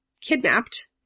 kidnapped